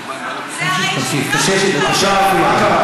זה הרי שטויות מה שאתה אומר.